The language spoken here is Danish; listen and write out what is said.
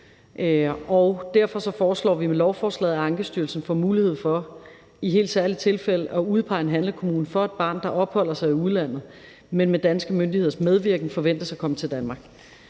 Derfor foreslår vi med lovforslaget, at Ankestyrelsen får mulighed for, i helt særlige tilfælde, at udpege en handlekommune for et barn, der opholder sig i udlandet, men som med danske myndigheders medvirken forventes at komme til Danmark.